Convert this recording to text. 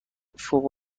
فوق